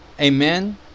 amen